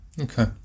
Okay